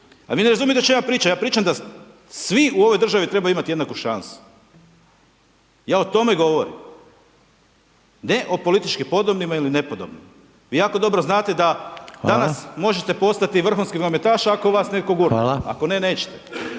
Vi ne razumijete o čemu ja pričam, ja pričam da svi u ovoj državi trebaju imati jednaku šansu, ja o tome govorim, ne o politički podobnima ili nepodobnima. Vi jako dobro znate da danas …/Upadica: Hvala./… možete postati vrhunski nogometaš ako vas netko gurne, ako ne nećete.